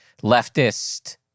leftist